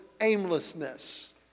aimlessness